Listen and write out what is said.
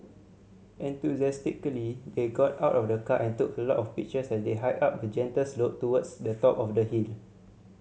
enthusiastically they got out of the car and took a lot of pictures as they hiked up a gentle slope towards the top of the hill